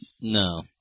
No